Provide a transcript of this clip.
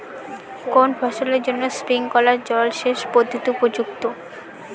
কোন ফসলের জন্য স্প্রিংকলার জলসেচ পদ্ধতি উপযুক্ত?